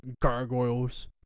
Gargoyles